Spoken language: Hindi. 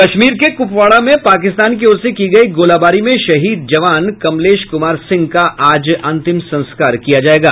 कश्मीर के कुपवाड़ा में पाकिस्तान की ओर से की गयी गोलाबारी में शहीद जवान कमलेश कुमार सिंह का आज अंतिम संस्कार किया जायेगा